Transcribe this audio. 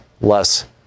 less